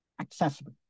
accessible